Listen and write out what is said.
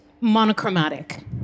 monochromatic